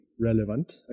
relevant